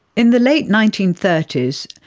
in the late nineteen thirty s,